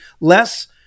less